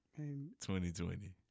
2020